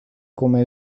come